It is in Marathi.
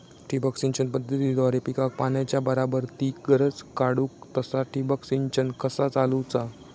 ठिबक सिंचन पद्धतीद्वारे पिकाक पाण्याचा बराबर ती गरज काडूक तसा ठिबक संच कसा चालवुचा?